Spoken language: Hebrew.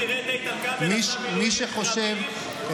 תראה את איתן כבל, עשה מילואים, כשהוא היה פה.